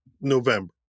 November